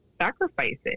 sacrifices